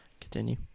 Continue